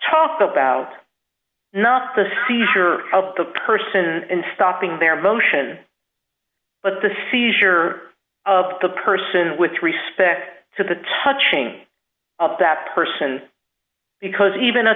talk about not the seizure of the person and stopping their motion but the seizure of the person with respect to the touching of that person because even